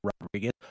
Rodriguez